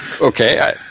Okay